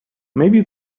maybe